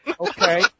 okay